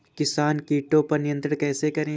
किसान कीटो पर नियंत्रण कैसे करें?